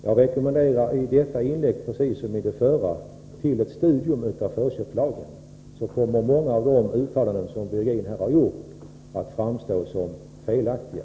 Jag rekommenderar i detta inlägg precis som i det förra ett studium av förköpslagen. Då kommer många av de uttalanden som Jan-Eric Virgin här har gjort att framstå som felaktiga.